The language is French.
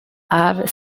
ave